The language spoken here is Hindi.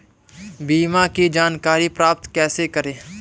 बीमा की जानकारी प्राप्त कैसे करें?